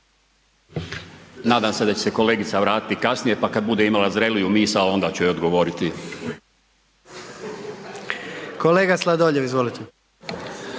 Nadam se da će se kolegica vratiti kasnije pa kad bude imala zreliju misao onda ću joj odgovoriti. **Jandroković, Gordan